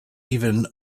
even